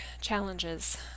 challenges